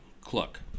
Cluck